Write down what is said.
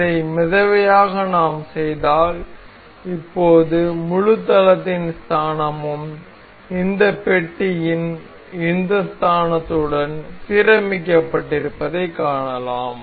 இதை மிதவையாக நாம் செய்தால் இப்போது முழு தளத்தின் ஸ்தானமும் இந்த பெட்டியின் இந்த ஸ்தானத்துடன் சீரமைக்கப்பட்டிருப்பதைக் காணலாம்